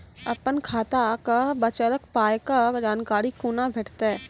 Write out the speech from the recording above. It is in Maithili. अपन खाताक बचल पायक जानकारी कूना भेटतै?